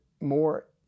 more